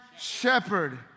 shepherd